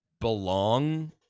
belong